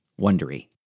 Wondery